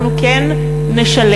אנחנו כן נשלב.